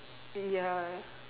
ya